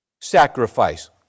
sacrifice